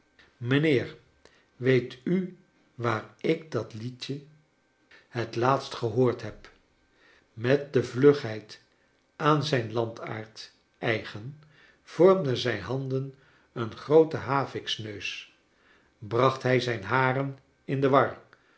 mijnheer weet u waar ik dat liedje het laatst gehoord heb met de vlugheid aan zijn landaard eigeji vormden zijn handen een grooten haviksneus bracht hij zijn haren in de war